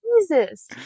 Jesus